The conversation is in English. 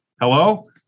Hello